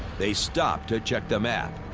they stop to check the map.